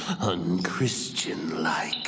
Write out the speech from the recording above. unchristian-like